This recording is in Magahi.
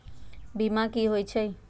बीमा कि होई छई?